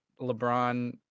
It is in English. LeBron